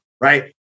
right